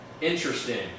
interesting